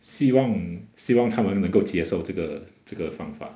希望希望他们能够接受这个这个方法